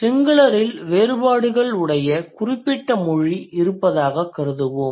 singular இல் வேறுபாடுகள் உடைய குறிப்பிட்ட மொழி இருப்பதாகக் கருதுவோம்